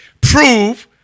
Prove